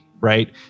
right